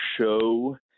show